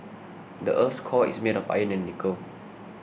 the earth's core is made of iron and nickel